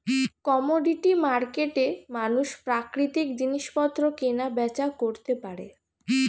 commodity মার্কেটে মানুষ প্রাকৃতিক জিনিসপত্র কেনা বেচা করতে পারে